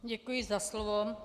Děkuji za slovo.